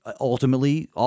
ultimately